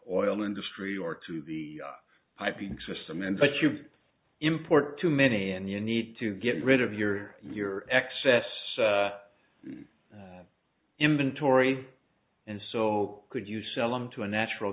oil industry or to the piping system and but you've import too many and you need to get rid of your your excess inventory and so could you sell them to a natural